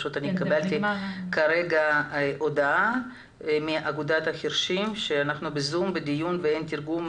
" קיבלתי הודעה מאגודת החירשים: "אנחנו בזום בדיון ואין תרגום.